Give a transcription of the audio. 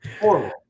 Horrible